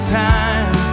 time